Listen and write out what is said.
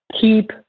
keep